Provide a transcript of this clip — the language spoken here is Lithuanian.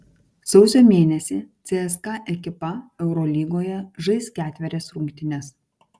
sausio mėnesį cska ekipa eurolygoje žais ketverias rungtynes